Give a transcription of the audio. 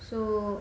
so